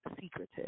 secretive